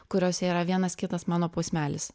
kuriose yra vienas kitas mano posmelis